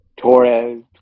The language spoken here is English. Torres